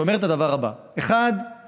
שאומר את הדבר הבא: לאירופים,